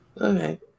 Okay